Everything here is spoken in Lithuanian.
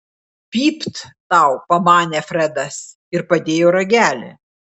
pypt tau pamanė fredas ir padėjo ragelį